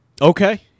Okay